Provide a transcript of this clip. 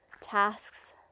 tasks